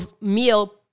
meal